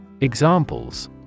Examples